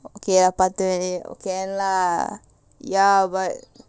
okay lah can lah ya but